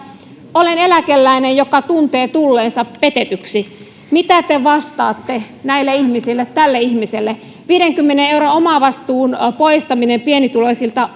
olen eläkeläinen joka tuntee tulleensa petetyksi mitä te vastaatte tälle ihmiselle viidenkymmenen euron omavastuun poistaminen pienituloisilta